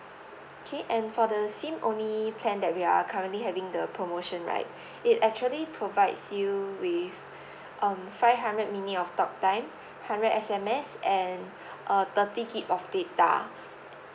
okay and for the SIM only plan that we are currently having the promotion right it actually provides you with um five hundred minute of talk time hundred S_M_S and uh thirty gig of data